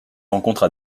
rencontres